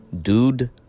Dude